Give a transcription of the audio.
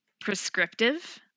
prescriptive